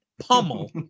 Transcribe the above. pummel